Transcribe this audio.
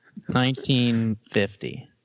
1950